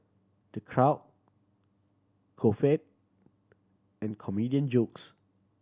the crowd guffaw and comedian jokes